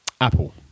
Apple